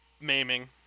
maiming